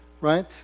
Right